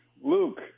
Luke